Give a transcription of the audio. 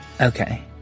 Okay